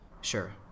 Sure